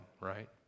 right